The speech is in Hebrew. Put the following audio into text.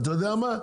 אתה יודע מה?